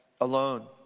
Alone